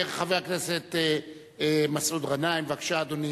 חבר הכנסת מסעוד גנאים, בבקשה, אדוני.